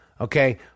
Okay